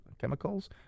chemicals